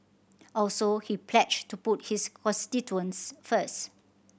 also he pledged to put his constituents first